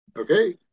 Okay